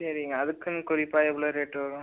சரிங்க அதுக்குன்னு குறிப்பாக எவ்வளோ ரேட் வரும்